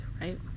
right